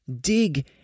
Dig